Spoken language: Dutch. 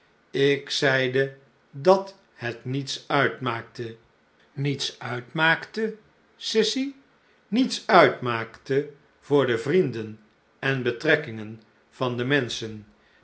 ik zeide dat dit niets uitmaakte niets uitmaakte sissy niets uitmaakte voor de vrienden en betrekkingen van de menschen